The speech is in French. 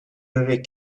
levés